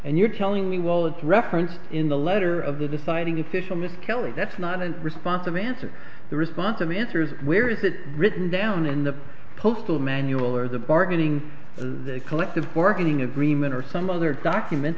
and you're telling me well it's referenced in the letter of the deciding official miss kelly that's not as responsive answer the response of answers where is it written down in the postal manual or the bargaining the collective bargaining agreement or some other document